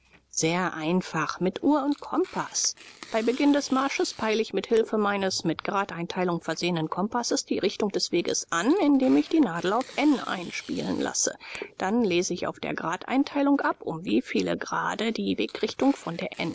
sehr einfach mit uhr und kompaß bei beginn des marsches peile ich mit hilfe meines mit gradeinteilung versehenen kompasses die richtung des weges an indem ich die nadel auf n einspielen lasse dann lese ich auf der gradeinteilung ab um wie viele grade die wegrichtung von der